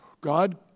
God